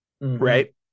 right